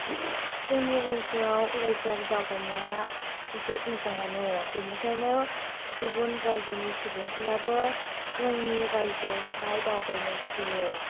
जोंनि रायजोयाव अरायजारि दावबायनाया जोबोर मोजाङानो बेनिखायनो गुबुन रायजोनि सुबुंफोराबो जोंनि रायजोयावहाय दावबायनो फैयो